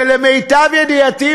ולמיטב ידיעתי,